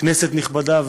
כנסת נכבדה,